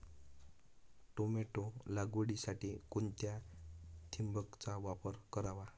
Tomato लागवडीसाठी कोणत्या ठिबकचा वापर करावा?